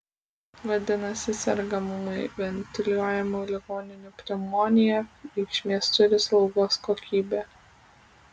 vadinasi sergamumui ventiliuojamų ligonių pneumonija reikšmės turi slaugos kokybė